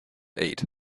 eat